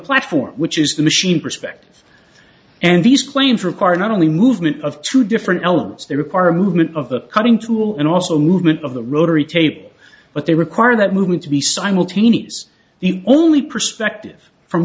platform which is the machine perspective and these claims require not only movement of true different elements they require a movement of the cutting tool and also movement of the rotary table but they require that movement to be simultaneous the only perspective from